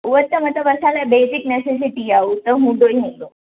ही त मतलबु असां लाइ बेज़िक नेसेसिटी आहे हू त हूंदो ई हूंदो